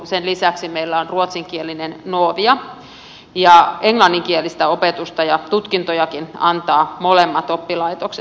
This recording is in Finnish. sen lisäksi meillä on ruotsinkielinen novia ja englanninkielistä opetusta ja tutkintojakin antavat molemmat oppilaitokset